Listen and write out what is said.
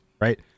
right